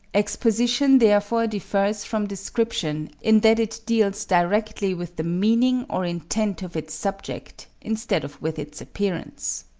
exposition therefore differs from description in that it deals directly with the meaning or intent of its subject instead of with its appearance.